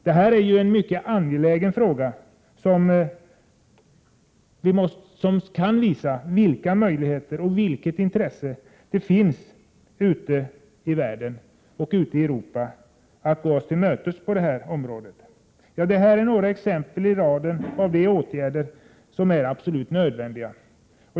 Det är en mycket angelägen fråga som kan visa vilka möjligheter och vilket intresse det finns i Europa och ute i världen för att gå oss till mötes på det här området. Detta är några exempel i raden av åtgärder som är absolut nödvändiga.